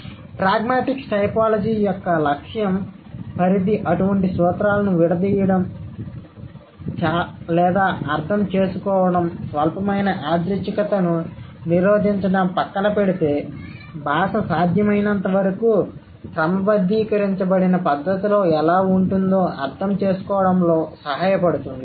కాబట్టి ప్రాగ్మాటిక్స్ టైపోలాజీ యొక్క లక్ష్యం పరిధి అటువంటి సూత్రాలను విడదీయడం లేదా అర్థం చేసుకోవడంస్వల్పమైన యాదృచ్ఛికతను నిరోధించడం పక్కన పెడితే భాష సాధ్యమైనంతవరకు క్రమబద్ధీకరించబడిన పద్ధతిలో ఎలా ఉంటుందో అర్థం చేసుకోవడంలో సహాయపడుతుంది